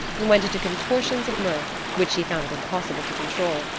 and went into contortions of mirth, which she found it impossible to control,